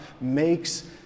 makes